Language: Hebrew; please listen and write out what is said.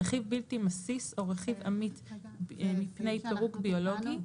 רכיב בלתי מסיט או רכיב עמיד מפני פירוק ביולוגי,